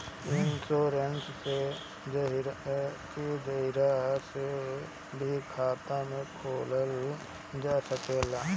इ इन्शोरेंश के जरिया से भी खाता खोलल जा सकेला